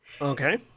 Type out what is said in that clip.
Okay